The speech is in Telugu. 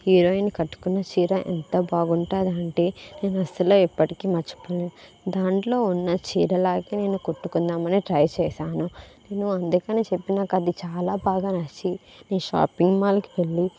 హీరోయిన్ కట్టుకున్న చీర ఎంత బాగుంటుంది అంటే నేను అసలు ఎప్పటికీ మర్చిపోలేను దాంట్లో ఉన్న చీరలాగే నేను కుట్టుకుందామని ట్రై చేశాను నేను అందుకని చెప్పి నాకు అది చాలా బాగా నచ్చి నేను షాపింగ్ మాల్ కి వెళ్ళి